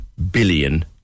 billion